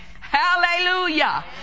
Hallelujah